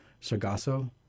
Sargasso